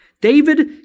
David